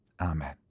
Amen